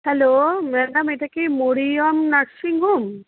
hello madam এটা কি Mariam nursing home